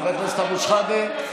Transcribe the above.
חבר הכנסת אבו שחאדה,